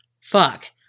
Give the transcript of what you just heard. Fuck